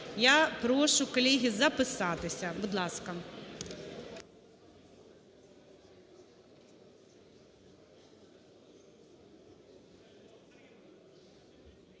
Я прошу, колеги, записатися, будь ласка.